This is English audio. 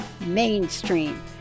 mainstream